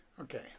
Okay